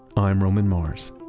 i'm roman mars.